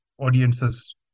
audiences